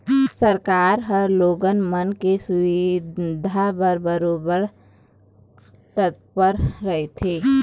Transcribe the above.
सरकार ह लोगन मन के सुबिधा बर बरोबर तत्पर रहिथे